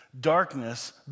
darkness